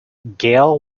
gale